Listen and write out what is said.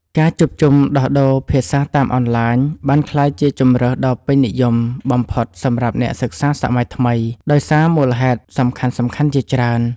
ការជួបជុំដោះដូរភាសាតាមអនឡាញ បានក្លាយជាជម្រើសដ៏ពេញនិយមបំផុតសម្រាប់អ្នកសិក្សាសម័យថ្មី ដោយសារមូលហេតុសំខាន់ៗជាច្រើន។